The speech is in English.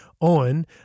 Owen